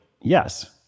yes